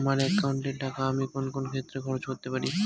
আমার একাউন্ট এর টাকা আমি কোন কোন ক্ষেত্রে খরচ করতে পারি?